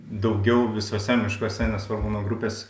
daugiau visuose miškuose nesvarbu nuo grupės